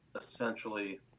essentially